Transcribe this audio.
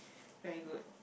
very good